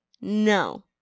no